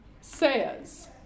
says